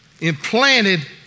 implanted